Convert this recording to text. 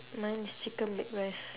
mine is chicken bake rice